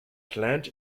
plant